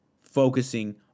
focusing